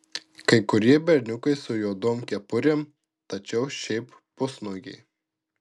kai kurie berniukai su juodom kepurėm tačiau šiaip pusnuogiai